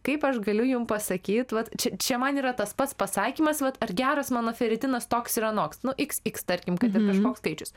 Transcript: kaip aš galiu jum pasakyt va čia čia man yra tas pats pasakymas vat ar geras mano feritinas toks ir anoks iks iks tarkim kad ir kažkoks skaičius